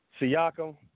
Siakam